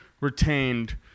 retained